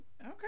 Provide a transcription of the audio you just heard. Okay